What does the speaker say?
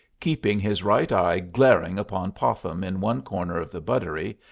keeping his right eye glaring upon popham in one corner of the buttery,